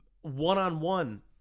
one-on-one